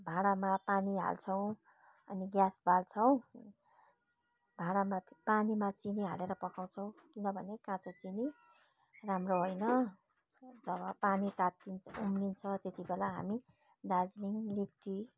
भाडामा पानी हाल्छौँ अनि ग्यास बाल्छौँ भाडामा पानीमा चिनी हालेर पकाउँछौँ किनभने काँचो चिनी राम्रो होइन पानी तात्तिन् उम्लिन्छ त्यत्तिबेला हामी दार्जिलिङ लिफ टी